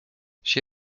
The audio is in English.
she